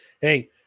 Hey